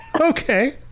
Okay